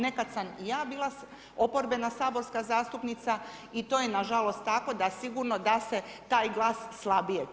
Nekad sam i ja bila oporbena saborska zastupnica i to je na žalost tako da sigurno da se taj glas slabije čuje.